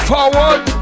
Forward